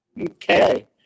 okay